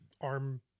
arm